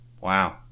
Wow